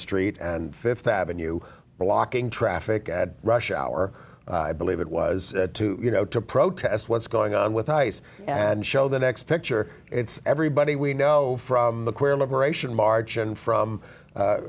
treet and th avenue blocking traffic at rush hour i believe it was you know to protest what's going on with ice and show the next picture it's everybody we know from the queer liberation march and from